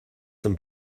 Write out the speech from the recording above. zum